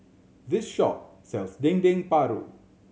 this shop sells Dendeng Paru